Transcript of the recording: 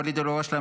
ואליד אלהואשלה,